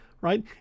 right